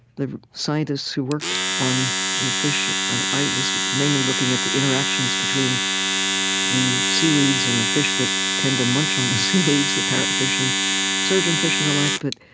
the scientists who worked on the fish was mainly looking at the interactions between the seaweeds and the fish that tend to munch on the seaweeds, the parrotfish and surgeonfish and the like, but